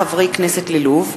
מאת חבר הכנסת יואל חסון,